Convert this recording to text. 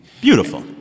Beautiful